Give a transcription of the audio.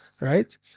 Right